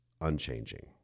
unchanging